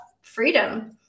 freedom